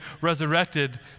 resurrected